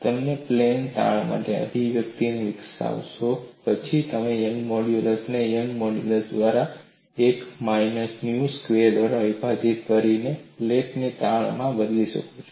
તમે પ્લેન તાણ માટે અભિવ્યક્તિ વિકસાવશો પછી તમે યંગના મોડ્યુલસને યંગના મોડ્યુલસ દ્વારા 1 માઇનસ ન્યુ સ્ક્વેર દ્વારા વિભાજીત કરીને પ્લેન તાણમાં બદલી શકો છો